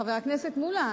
חבר הכנסת מולה,